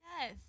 Yes